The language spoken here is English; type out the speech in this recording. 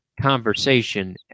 conversation